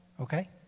okay